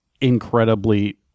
incredibly